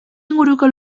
inguruko